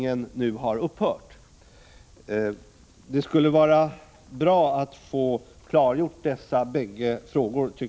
Det skulle vara bra om statsrådet ville klargöra hur det förhåller sig i dessa båda avseenden.